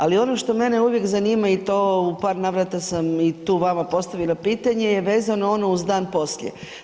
Ali ono što mene uvijek zanima i to u par navrata sam i tu vama postavila pitanje je vezano ono uz dan poslije.